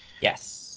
Yes